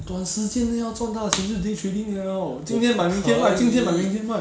短时间内要赚大钱就 daydreaming liao 今天买明天卖今天买明天卖